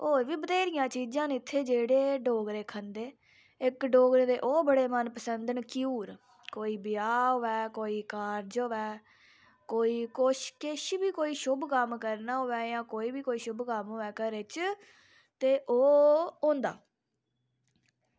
और वी बथ्हेरियां चीजां न इत्थे जेह्ड़े डोगरे खंदे इक डोगरे दे ओह् बड़े मनपसंद न घ्यूर कोई ब्याह् होऐ कोई कार्ज होऐ कोई कुश किश बी शुभ कम्म करना होऐ जां कोई बी कोई शुभ कम्म होऐ घरे च ते ओह् होंदा